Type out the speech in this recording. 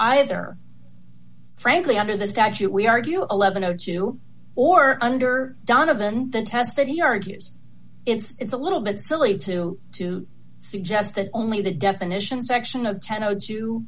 either frankly under the statute we argue eleven o two or under donovan the test that he argues it's a little bit silly to to suggest that only the definition section of ten o two